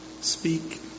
speak